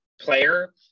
player